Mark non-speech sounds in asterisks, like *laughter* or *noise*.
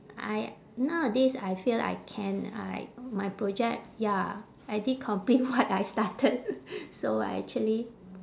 I nowadays I feel I can I my project ya I did complete what I started *laughs* so I actually